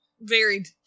varied